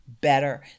better